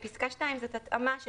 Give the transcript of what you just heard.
פסקה (2), זה בעצם התאמה של